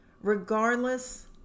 regardless